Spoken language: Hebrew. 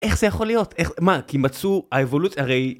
איך זה יכול להיות? מה? כי מצאו האבולוציה, הרי...